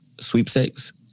sweepstakes